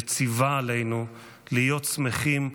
וציווה עלינו להיות שמחים ומאוחדים,